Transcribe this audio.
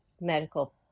medical